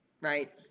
right